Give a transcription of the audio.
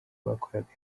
bakoraga